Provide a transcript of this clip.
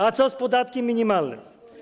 A co z podatkiem minimalnym?